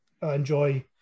Enjoy